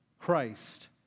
Christ